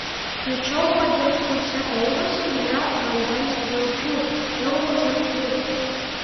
tačiau padirbtuose euruose nėra vandens ženklų euro ženkliuko